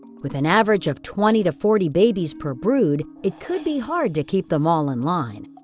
with an average of twenty to forty babies per brood, it could be hard to keep them all in line.